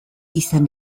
izan